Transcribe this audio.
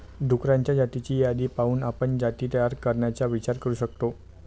डुक्करांच्या जातींची यादी पाहून आपण जाती तयार करण्याचा विचार करू शकतो